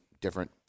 different